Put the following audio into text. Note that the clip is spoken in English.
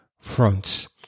fronts